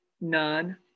None